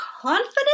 confidence